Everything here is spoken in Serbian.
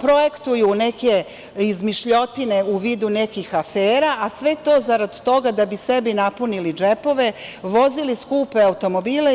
projektuju neke izmišljotine u vidu nekih afera, a sve to zarad toga da bi sebi napunili džepove, vozili skupe automobile.